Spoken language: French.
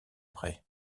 près